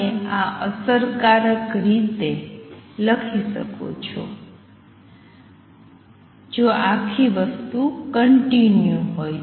તમે આ અસરકારક રીતે લખી શકો જો આખી વસ્તુ કંટીન્યુ હોય